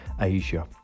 Asia